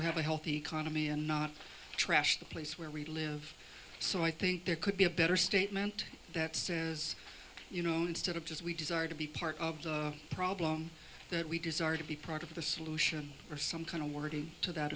to have a healthy economy and not trash the place where we live so i think there could be a better statement that says you know instead of just we desire to be part of the problem that we desire to be part of the solution or some kind of wording to that